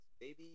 baby